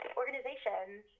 organizations